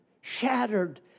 shattered